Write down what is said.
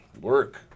work